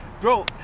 Bro